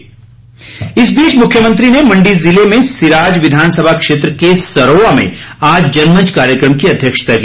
जनमंच इस बीच मुख्यमंत्री ने मंडी जिले में सिराज विधानसभा क्षेत्र के सरोआ में आज जनमंच कार्यक्रम की अध्यक्षता की